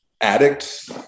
addicts